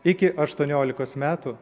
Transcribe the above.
iki aštuoniolikos metų